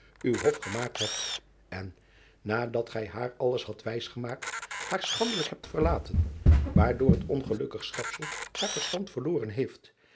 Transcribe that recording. uw hof gemaakt hebt en nadat gij haar alles hadt wijsgemaakt haar schandelijk hebt verlaten waardoor het ongelukkig schepsel haar verstand verloren heeft